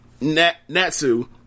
natsu